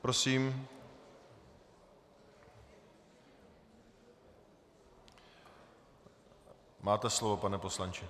Prosím, máte slovo, pane poslanče.